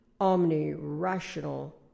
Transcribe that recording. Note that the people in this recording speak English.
omni-rational